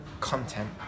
content